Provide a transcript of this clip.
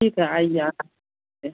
ठीक है आइए आप है